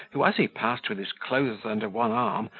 who, as he passed with his clothes under one arm,